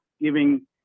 giving